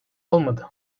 olmadı